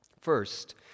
First